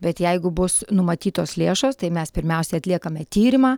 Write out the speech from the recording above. bet jeigu bus numatytos lėšos tai mes pirmiausia atliekame tyrimą